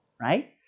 right